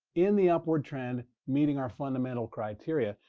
in the upward trend, meeting our fundamental criteria.